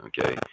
Okay